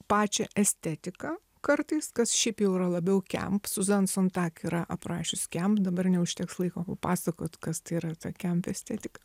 pačią estetiką kartais kas šiaip jau yra labiau camp susan sontag yra aprašius camp dabar neužteks laiko papasakot kas tai yra ta camp estetika